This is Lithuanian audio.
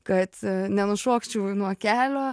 kad nenušokčiau nuo kelio